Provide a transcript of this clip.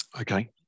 Okay